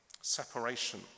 Separation